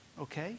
Okay